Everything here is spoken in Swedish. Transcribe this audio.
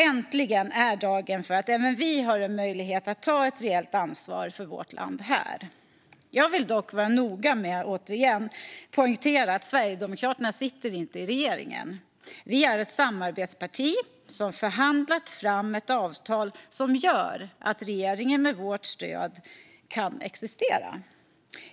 Äntligen är dagen för att även vi har möjlighet att ta ett reellt ansvar för vårt land här! Jag vill dock vara noga med att poängtera att Sverigedemokraterna inte sitter i regeringen. Vi är ett samarbetsparti som har förhandlat fram ett avtal som gör att regeringen med vårt stöd kan existera.